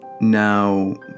now